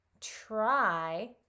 try